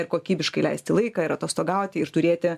ir kokybiškai leisti laiką ir atostogauti ir turėti